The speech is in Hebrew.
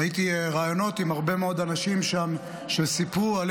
ראיתי ראיונות עם הרבה מאוד אנשים שם שסיפרו על